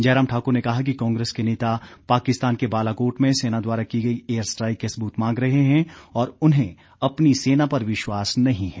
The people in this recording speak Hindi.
जयराम ठाकुर ने कहा कि कांग्रेस के नेता पाकिस्तान के बालाकोट में सेना द्वारा की गई एयर स्ट्राईक के सबूत मांग रहे हैं और उन्हें अपनी सेना पर विश्वास नही है